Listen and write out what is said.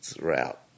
route